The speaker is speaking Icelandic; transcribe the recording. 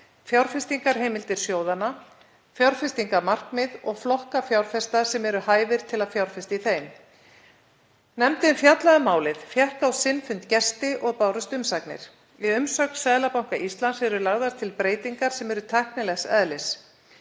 fjárfestingarheimildir sjóðanna, fjárfestingarmarkmið og flokka fjárfesta sem eru hæfir til að fjárfesta í þeim. Nefndin fjallaði um málið og fékk á sinn fund gesti og bárust umsagnir. Í umsögn Seðlabanka Íslands eru lagðar til breytingar sem eru tæknilegs eðlis.